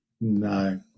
No